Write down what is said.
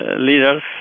leaders